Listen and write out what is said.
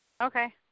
Okay